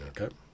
Okay